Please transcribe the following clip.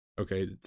okay